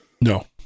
No